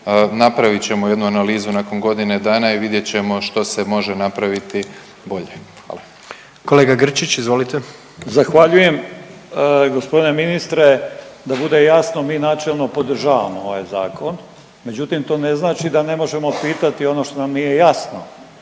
napravit ćemo jednu analizu nakon godine dana i vidjet ćemo što se može napraviti bolje. **Jandroković, Gordan (HDZ)** Kolega Grčić izvolite. **Grčić, Branko (SDP)** Zahvaljujem. Gospodine ministre, da bude jasno mi načelno podržavamo ovaj zakon, međutim to ne znači da ne možemo pitati ono što nam nije jasno,